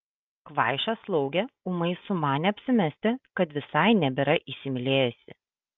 kvaiša slaugė ūmai sumanė apsimesti kad visai nebėra įsimylėjusi